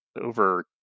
over